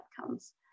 outcomes